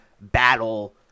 battle